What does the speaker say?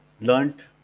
learned